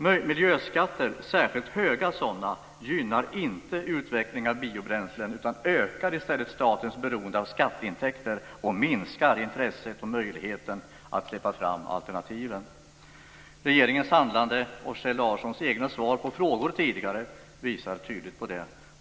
Miljöskatter, särskilt höga sådana, gynnar inte utvecklingen av biobränslen utan ökar i stället statens beroende av skatteintäkter och minskar intresset för, och möjligheten av, att släppa fram alternativen. Regeringens handlande och Kjell Larssons egna svar på frågor tidigare visar tydligt på det.